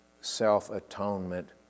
self-atonement